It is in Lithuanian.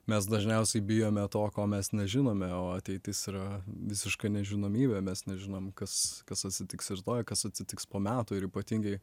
mes dažniausiai bijome to ko mes nežinome o ateitis yra visiška nežinomybė mes nežinom kas kas atsitiks rytoj kas atsitiks po metų ir ypatingai